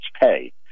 pay